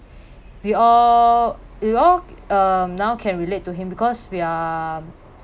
we all we all um now can relate to him because we are